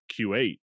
Q8